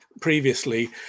previously